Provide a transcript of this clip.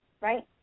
Right